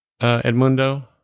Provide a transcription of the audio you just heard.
Edmundo